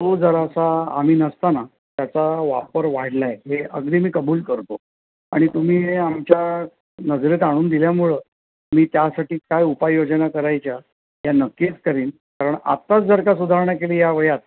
तो जरासा आम्ही नसताना त्याचा वापर वाढला आहे हे अगदी मी कबूल करतो आणि तुम्ही आमच्या नजरेत आणून दिल्यामुळं मी त्यासाठी काय उपाय योजना करायच्या त्या नक्कीच करेन कारण आत्ताच जर का सुधारणा केली या वयात